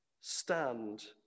stand